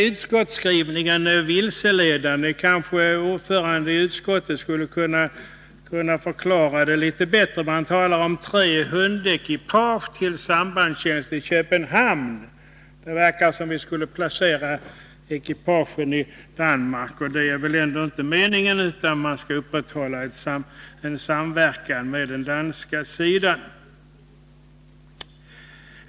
Utskottsskrivningen är möjligtvis vilseledande, och ordföranden i utskottet kanske skulle kunna förklara det litet bättre. Det talas om ”tre hundekipage till en sambandstjänst i Köpenhamn”. Det verkar som om vi skulle placera hundekipagen i Danmark, och det är inte meningen, men vi skall upprätthålla en samverkan med den danska sidan.